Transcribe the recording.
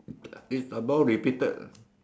is about repeated ah